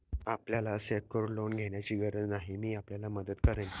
आपल्याला secured loan घेण्याची गरज नाही, मी आपल्याला मदत करेन